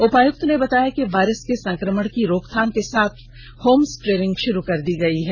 उपायुक्त ने बताया कि वायरस के संकमण की रोकथाम के साथ होम स्क्रीनिंग शुरू कर दी गई है